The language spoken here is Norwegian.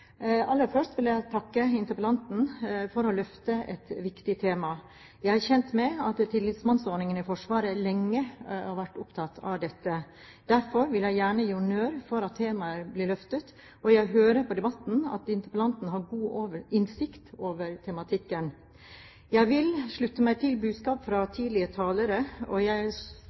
Aller først vil jeg takke interpellanten for å løfte et viktig tema. Jeg er kjent med at tillitsmannsordningen i Forsvaret lenge har vært opptatt av dette. Derfor vil jeg gjerne gi honnør for at temaet blir løftet, og jeg hører på debatten at interpellanten har god innsikt i tematikken. Jeg vil slutte meg til budskap fra tidligere talere, og jeg